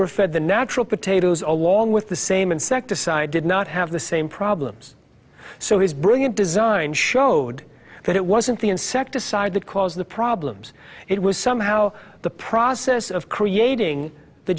were fed the natural potatoes along with the same insecticide did not have the same problems so his brilliant design showed that it wasn't the insecticide that caused the problems it was somehow the process of creating the